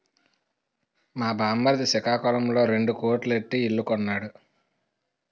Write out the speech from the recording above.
మా బామ్మర్ది సికాకులంలో రెండు కోట్లు ఎట్టి ఇల్లు కొన్నాడు